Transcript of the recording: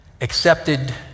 accepted